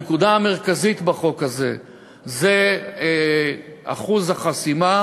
הנקודה המרכזית בחוק הזה היא אחוז החסימה.